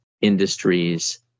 industries